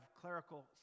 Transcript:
clerical